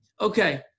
Okay